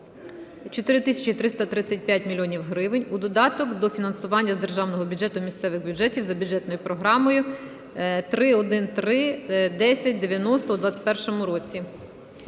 335 мільйонів гривень у додаток до фінансування з державного бюджету місцевих бюджетів за бюджетною програмою 3131090 у 2021 році.